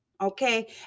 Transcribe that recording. Okay